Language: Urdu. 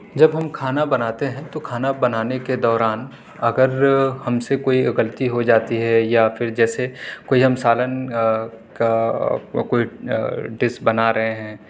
جب ہم کھانا بناتے ہیں تو کھانا بنانے کے دوران اگر ہم سے کوئی غلطی ہو جاتی ہے یا پھر جیسے کوئی ہم سالن کا کوئی ڈش بنا رہے ہیں